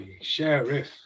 Sheriff